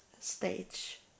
stage